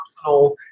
personal